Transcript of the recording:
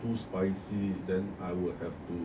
too spicy then I would have to